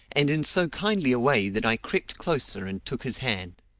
and in so kindly a way that i crept closer and took his hand.